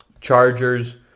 Chargers